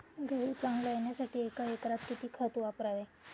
गहू चांगला येण्यासाठी एका एकरात किती खत वापरावे?